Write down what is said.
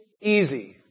easy